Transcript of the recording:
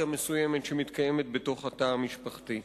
מסוימת שמתקיימת בתוך התא המשפחתי.